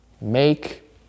make